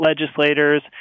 legislators